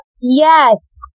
Yes